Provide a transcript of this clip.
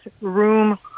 room